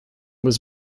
was